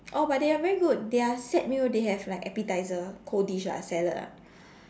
oh but they are very good their set meal they have like appetiser cold dish lah salad ah